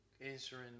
Answering